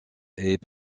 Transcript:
est